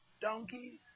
donkeys